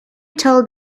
told